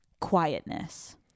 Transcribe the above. quietness